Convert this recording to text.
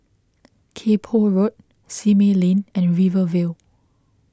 Kay Poh Road Simei Lane and Rivervale